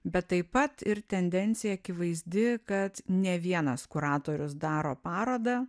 bet taip pat ir tendencija akivaizdi kad ne vienas kuratorius daro parodą